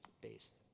based